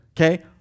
okay